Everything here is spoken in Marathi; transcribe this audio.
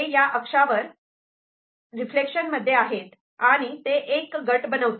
या अक्षावर हे '1' रिफ्लेक्शनमध्ये आहेत आणि ते एक गट बनवतात